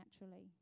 naturally